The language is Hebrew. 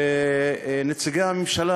ונציגי הממשלה,